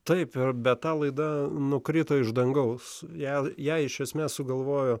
taip ir bet ta laida nukrito iš dangaus jei ją iš esmės sugalvojo